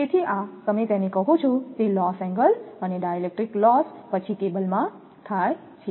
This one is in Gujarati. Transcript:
તેથી આ તમે તેને કહો છો તે લોસ એંગલ અને ડાઇલેક્ટ્રિક લોસ પછી કેબલમાં થાય છે